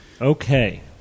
Okay